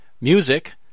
Music